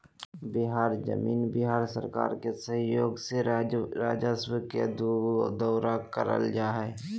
बिहार जमीन बिहार सरकार के सहइोग से राजस्व के दुऔरा करल जा हइ